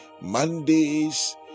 Mondays